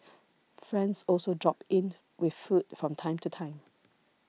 friends also drop in with food from time to time